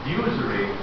usury